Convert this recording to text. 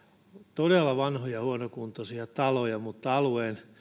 todella vanhoja huonokuntoisia taloja mutta alueen